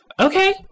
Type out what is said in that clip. okay